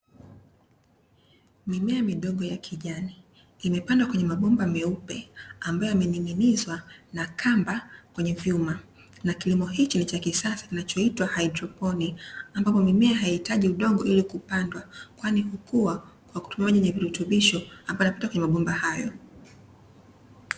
Mimea midogo ya kijani, imepandwa kwenye mabomba meupe ambayo yamening'inizwa na kamba kwenye vyuma. Na kilimo hicho ni cha kisasa kinachoitwa haidroponi, ambapo mimea haihitaji udongo ili kupandwa, kwani hukua kwa kutumia maji yenye virutubisho ambayo yanapita kwenye mabomba hayo.